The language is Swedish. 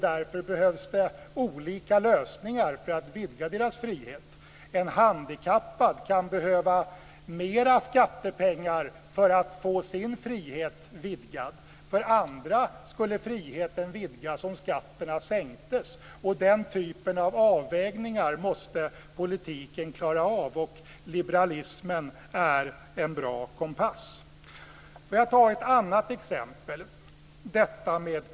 Därför behövs det olika lösningar för att vidga människornas frihet. En handikappad kan behöva mera skattepengar för att få sin frihet vidgad. För andra skulle friheten vidgas om skatterna sänktes. Den typen av avvägningar måste politiken klara av, och liberalismen är en bra kompass. Jag vill ta upp ett annat exempel.